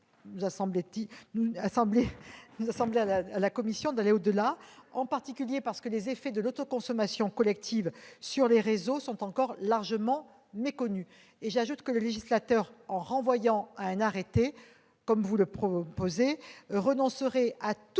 nous a semblé qu'il ne serait pas prudent d'aller au-delà, en particulier parce que les effets de l'autoconsommation collective sur les réseaux sont encore largement méconnus. J'ajoute que le législateur, en renvoyant à un arrêté, comme il est proposé, renoncerait à tout